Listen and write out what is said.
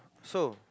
so